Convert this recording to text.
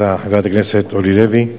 חברת הכנסת אורלי לוי,